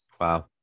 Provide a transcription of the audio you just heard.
wow